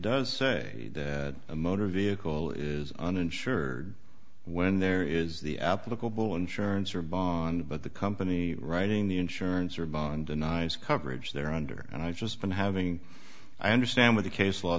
does say a motor vehicle is uninsured when there is the applicable insurance or bond but the company writing the insurance or bond denies coverage they're under and i've just been having i understand with the case law